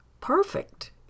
Perfect